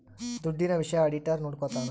ದುಡ್ಡಿನ ವಿಷಯ ಆಡಿಟರ್ ನೋಡ್ಕೊತನ